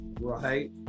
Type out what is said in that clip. Right